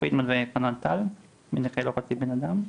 פרידמן וחנן טל מ"נכה לא חצי בנאדם".